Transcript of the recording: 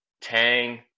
Tang